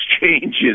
changes